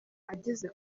ageze